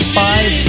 five